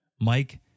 Mike